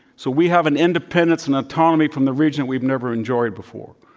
so, we have an independence and autonomy from the region that we've never enjoyed before.